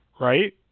right